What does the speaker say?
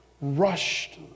Rushed